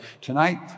tonight